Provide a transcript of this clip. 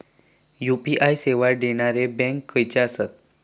UPI सेवा देणारे bank खयचे आसत?